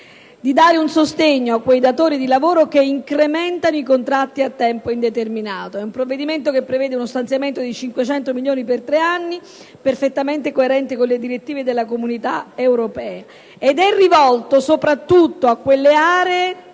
dando un sostegno a quei datori di lavoro che incrementano i contratti a tempo indeterminato. È un provvedimento che prevede uno stanziamento di 500 milioni di euro per tre anni, perfettamente coerente con le direttive dell'Unione europea, ed è rivolto soprattutto a quelle aree